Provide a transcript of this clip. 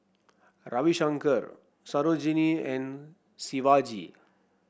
Ravi Shankar Sarojini and Shivaji